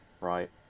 right